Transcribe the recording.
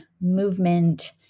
movement